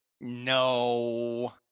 No